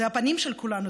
זה הפנים של כולנו,